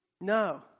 No